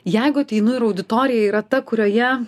jeigu ateinu ir auditorija yra ta kurioje